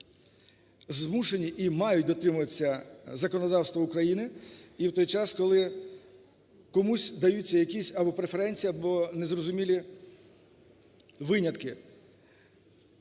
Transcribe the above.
змушені і мають дотримуватися законодавства України і в той час, коли комусь даються якісь або преференції, або незрозумілі винятки.